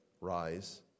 rise